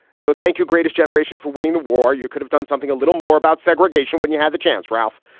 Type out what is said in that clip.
so thank you. greatest generation for winning the war. you could have done something a little more about segregation when you had the chance, ralph,